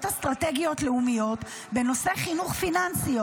אסטרטגיות לאומיות בנושא חינוך פיננסי.